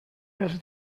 els